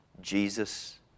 Jesus